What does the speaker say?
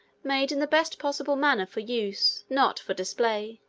made in the best possible manner for use, not for display.